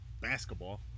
basketball